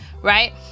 Right